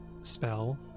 spell